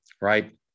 Right